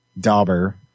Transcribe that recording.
Dauber